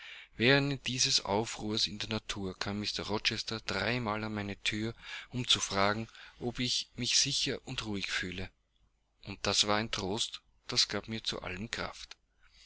während dieses aufruhrs in der natur kam mr rochester dreimal an meine thür um zu fragen ob ich mich sicher und ruhig fühle und das war ein trost das gab mir zu allem kraft